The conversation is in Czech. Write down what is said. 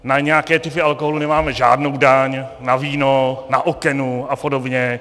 Na nějaké typy alkoholu nemáme žádnou daň, na víno, na Okenu apod.